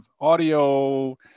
audio